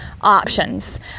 options